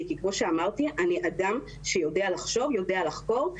כי כמו שאמרתי אני אדם שיודע לחקור ולחשוב,